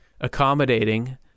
accommodating